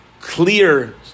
clear